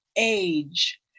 age